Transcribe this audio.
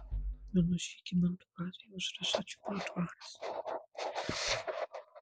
pamenu žygimantų gatvėje užrašą čia buvo dvaras